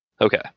Okay